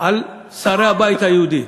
על שרי הבית היהודי.